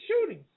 shootings